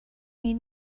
need